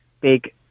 big